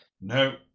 No